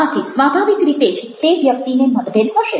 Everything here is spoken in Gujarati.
આથી સ્વાભાવિક રીતે જ તે વ્યક્તિને મતભેદ હશે